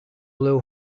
blew